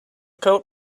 coat